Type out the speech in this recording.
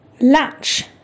latch